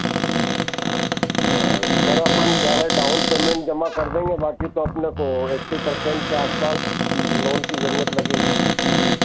sir अपन क्या है डाउन पेमेंट जमा कर देंगे बाकी तो अपने को एट्टी परसेंट के आस पास लोन की ज़रूरत लगेगी